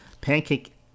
Pancake